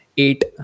Eight